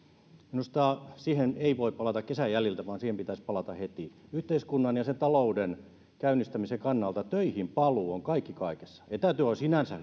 minusta siihen ei voi palata kesän jäljiltä vaan siihen pitäisi palata heti yhteiskunnan ja sen talouden käynnistämisen kannalta töihin paluu on kaikki kaikessa etätyö on sinänsä